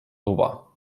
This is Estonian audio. luba